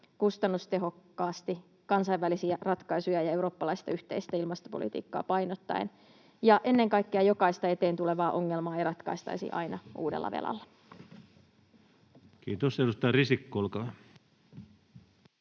kustannustehokkaasti, kansainvälisiä ratkaisuja ja eurooppalaista yhteistä ilmastopolitiikkaa painottaen. Ja ennen kaikkea jokaista eteen tulevaa ongelmaa ei ratkaistaisi aina uudella velalla. Kiitos. — Edustaja Risikko, olkaa hyvä.